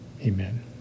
Amen